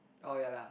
oh yea lah